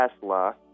Tesla